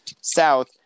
south